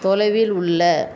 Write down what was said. தொலைவில் உள்ள